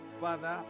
father